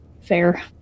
fair